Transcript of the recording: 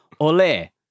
ole